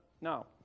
Now